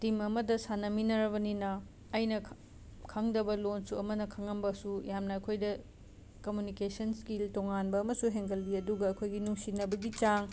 team ꯑꯃꯗ ꯁꯥꯟꯅꯃꯤꯟꯅꯔꯕꯅꯤꯅ ꯑꯩꯅ ꯈꯪꯗꯕ ꯂꯣꯟꯁꯨ ꯑꯃꯅ ꯈꯪꯉꯝꯕꯁꯨ ꯌꯥꯝꯅ ꯑꯩꯈꯣꯏꯗ ꯀꯃꯨꯅꯤꯀꯦꯁꯟ ꯁ꯭ꯀꯤꯜ ꯇꯣꯉꯥꯟꯕ ꯑꯃꯁꯨ ꯍꯦꯡꯒꯠꯂꯤ ꯑꯗꯨꯒ ꯑꯩꯈꯣꯏꯒꯤ ꯅꯨꯡꯁꯤꯅꯕꯒꯤ ꯆꯥꯡ